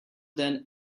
than